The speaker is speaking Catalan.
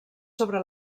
sobre